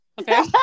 Okay